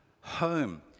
home